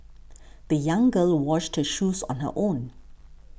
the young girl washed her shoes on her own